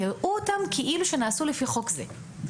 יראו אותם כאילו שנעשו לפי חוק זה,